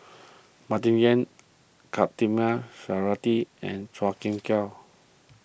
Martin Yan Khatijah Surattee and Chua Kim Yeow